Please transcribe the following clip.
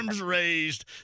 raised